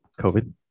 COVID